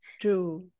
true